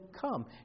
come